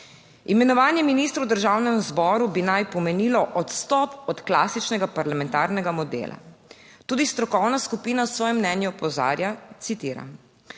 Imenovanje ministrov v Državnem zboru bi naj pomenilo odstop od klasičnega parlamentarnega modela. Tudi strokovna skupina v svojem mnenju opozarja, citiram: